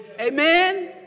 Amen